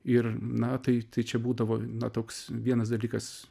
ir na tai tai čia būdavo na toks vienas dalykas